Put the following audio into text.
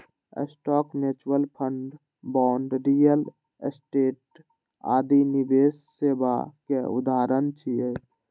stock, mutual fund, bond, real estate आदि निवेश सेवा के उदाहरण छियै